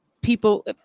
people